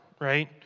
right